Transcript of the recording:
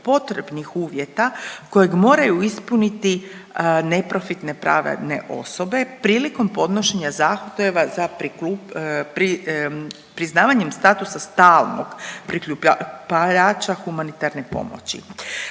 potrebnih uvjeta kojeg moraju ispuniti neprofitne pravne osobe prilikom podnošenja zahtjeva za priznavanjem statusa stalnog prikupljača humanitarne pomoći